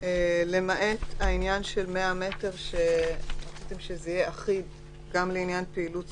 למעט העניין של 100 מטר שרציתם שיהיה אחיד גם לעניין פעילות ספורט,